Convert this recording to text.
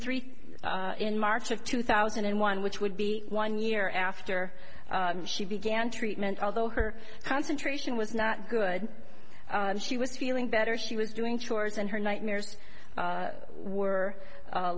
three in march of two thousand and one which would be one year after she began treatment although her concentration was not good she was feeling better she was doing chores and her nightmares were